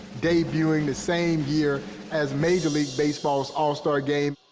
debuting the same year as major league baseball's all-star game.